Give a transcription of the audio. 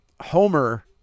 Homer